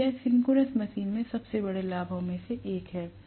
तो यह synchronous machine के सबसे बड़े लाभों में से एक है